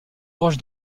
roches